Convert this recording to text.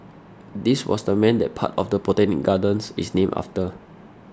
this was the man that part of the Botanic Gardens is named after